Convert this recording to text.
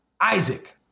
Isaac